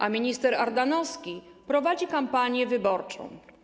A minister Ardanowski prowadzi kampanię wyborczą.